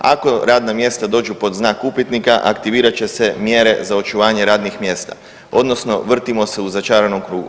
Ako radna mjesta dođu pod znak upitnika aktivirat će se mjere za očuvanje radnih mjesta odnosno vrtimo se u začaranom krugu.